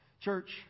Church